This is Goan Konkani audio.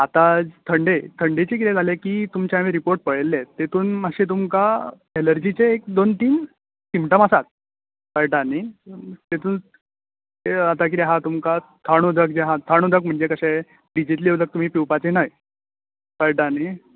आतां थंडे थंडेचे कितें जाले की तुमचे आमी रिर्पोट पयल्ले तितून तुमकां मात्शे तुमकां एलर्जीचे एक दोन तीन सिमटम आसात कळटा न्ही तितून आतां कितें आहा तुमका थंड उदक म्हणजे कशें फ्रिजींतले उदक तुमी पिवपाचे न्हय कळटा न्ही